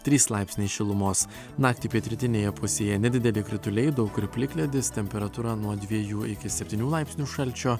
trys laipsniai šilumos naktį pietrytinėje pusėje nedideli krituliai daug kur plikledis temperatūra nuo dviejų iki septynių laipsnių šalčio